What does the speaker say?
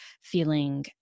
feeling